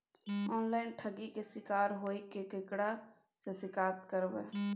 Online ठगी के शिकार होय पर केकरा से शिकायत करबै?